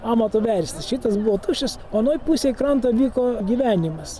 amatu verstis šitas buvo tuščias o anoj pusėj kranto vyko gyvenimas